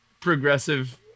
progressive